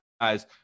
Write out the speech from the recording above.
guys –